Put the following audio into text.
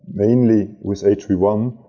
mainly with h v one.